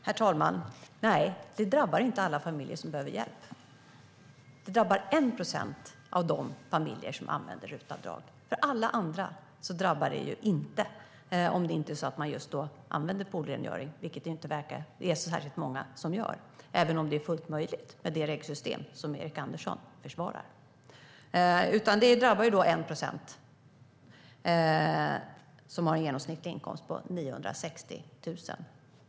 Herr talman! Nej, det drabbar inte alla familjer som behöver hjälp. Det drabbar 1 procent av de familjer som använder RUT-avdrag. Alla andra drabbas inte - om man inte just då använder det för poolrengöring. Men det verkar ju inte särskilt många göra, även om det är fullt möjligt med det regelsystem som Erik Andersson försvarar. Det drabbar som sagt 1 procent, och de har en genomsnittlig inkomst på 960 000.